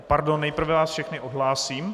Pardon, nejprve vás všechny odhlásím.